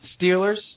Steelers